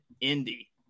Indy